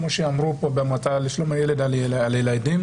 כמו שאמרו פה במועצה לשלום הילד על הילדים,